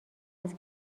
است